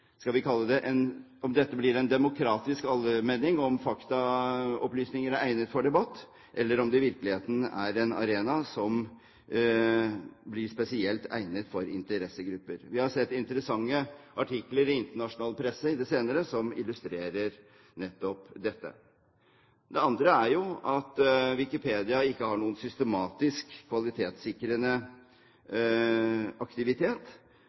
dette blir en demokratisk allmenning, og om faktaopplysninger er egnet for debatt, eller om det i virkeligheten er en arena som blir spesielt egnet for interessegrupper. Vi har sett interessante artikler i internasjonal presse i det senere som illustrerer nettopp dette. Wikipedia har heller ikke noen systematisk kvalitetssikrende aktivitet, og det redigeres heller ikke